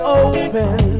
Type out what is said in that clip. open